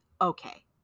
okay